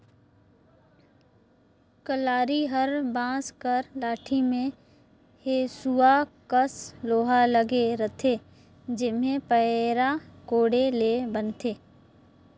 कलारी हर बांस कर लाठी मे हेसुवा कस लोहा लगे रहथे जेम्हे पैरा कोड़े ले बनथे